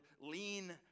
lean